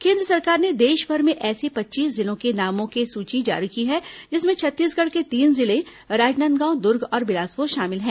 केन्द्र सरकार ने देशभर में ऐसे पच्चीस जिलों के नामों के सूची जारी की है जिसमें छत्तीसगढ़ के तीन जिले राजनांदगांव दुर्ग और बिलासपुर शामिल है